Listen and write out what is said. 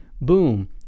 Boom